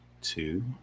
two